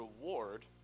reward